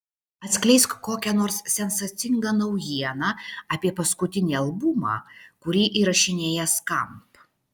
atskleisk kokią nors sensacingą naujieną apie paskutinį albumą kurį įrašinėja skamp